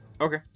Okay